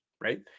right